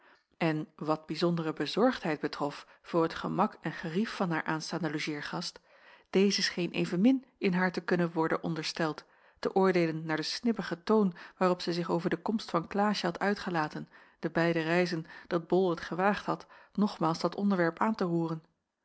en wat bijzondere bezorgdheid betrof voor het gemak en gerief van haar aanstaande logeergast deze scheen evenmin in haar te kunnen worden ondersteld te oordeelen naar den snibbigen toon waarop zij zich over de komst van klaasje had uitgelaten de beide reizen dat bol het gewaagd had nogmaals dat onderwerp aan te roeren